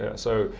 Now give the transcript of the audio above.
yeah so,